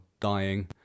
dying